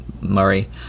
Murray